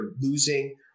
losing